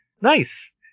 nice